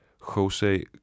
Jose